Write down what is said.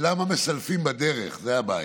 השאלה מה מסלפים בדרך, זו הבעיה.